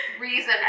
Reason